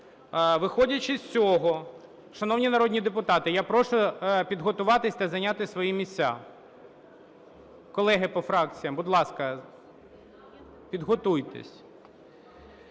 Виходячи з цього… Шановні народні депутати, я прошу підготуватись та зайняти свої місця. Колеги по фракціям, будь ласка, підготуйтесь.